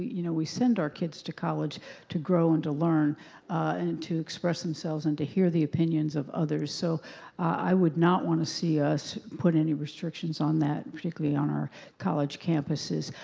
you know we send our kids to college to grow and to learn and to express themselves and to hear the opinions of others, so i would pot want to see us put any restrictions on that, particularly on our college campuses.